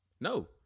No